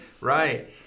Right